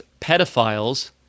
pedophiles—